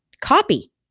copy